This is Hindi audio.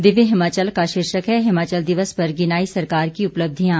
दिव्य हिमाचल का शीर्षक है हिमाचल दिवस पर गिनाई सरकार की उपलब्धियां